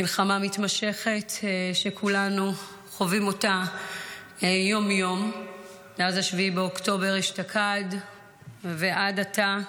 מלחמה מתמשכת שכולנו חווים יום- יום מאז 7 באוקטובר אשתקד ועד עתה.